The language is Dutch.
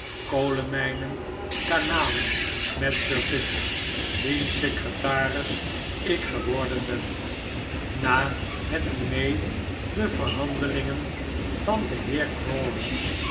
kolenmijnen kanalen met sir pitt wiens secretaris ik geworden ben na het diner de verhandelingen van den